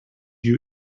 you